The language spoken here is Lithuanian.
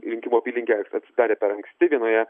rinkimų apylinkė aišku atsidarė per anksti vienoje